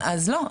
אז לא,